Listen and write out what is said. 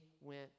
went